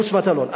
מוץ מטלון,